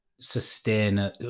sustain